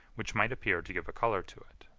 which might appear to give a color to it.